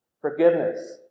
Forgiveness